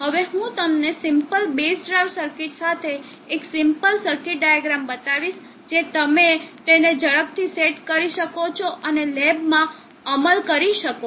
હવે હું તમને સિમ્પલ બેઝ ડ્રાઇવ સર્કિટ સાથે એક સિમ્પલ સર્કિટ ડાયાગ્રામ બતાવીશ જે તમે તેને ઝડપથી સેટ કરી શકો છો અને લેબમાં અમલ કરી શકો છો